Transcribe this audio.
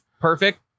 perfect